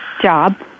job